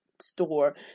store